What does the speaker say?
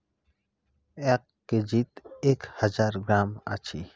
এক কেজিত এক হাজার গ্রাম আছি